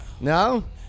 No